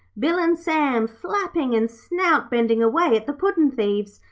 bill and sam flapping and snout-bending away at the puddin'-thieves,